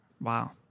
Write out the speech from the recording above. Wow